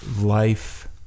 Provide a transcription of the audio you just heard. life